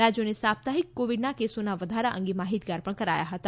રાજ્યોનો સાપ્તાહિત કોવિડના કેસોના વધારા અંગે માહિતગાર કરાયા હતા